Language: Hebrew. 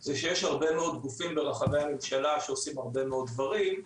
זה שיש הרבה מאוד גופים ברחבי הממשלה שעושים הרבה מאוד דברים,